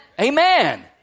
Amen